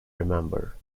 remember